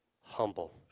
humble